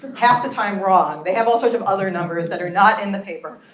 half the time wrong. they have all sorts of other numbers that are not in the paper,